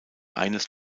eines